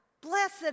blessed